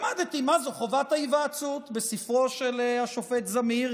למדתי מה זו חובת ההיוועצות מספרו של השופט זמיר,